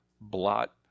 blot